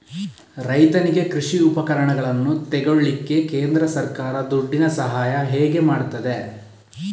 ರೈತನಿಗೆ ಕೃಷಿ ಉಪಕರಣಗಳನ್ನು ತೆಗೊಳ್ಳಿಕ್ಕೆ ಕೇಂದ್ರ ಸರ್ಕಾರ ದುಡ್ಡಿನ ಸಹಾಯ ಹೇಗೆ ಮಾಡ್ತದೆ?